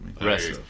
Rest